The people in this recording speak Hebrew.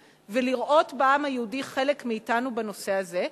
ולראות בעם היהודי חלק מאתנו בנושא הזה,